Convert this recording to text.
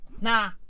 Nah